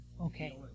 Okay